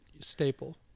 staple